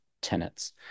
tenets